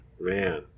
Man